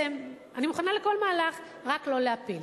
אני מוכנה לכל מהלך, רק לא להפיל.